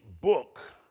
book